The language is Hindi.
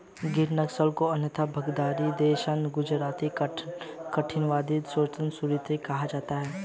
गिर नस्ल को अन्यथा भदावरी, देसन, गुजराती, काठियावाड़ी, सोरथी और सुरती कहा जाता है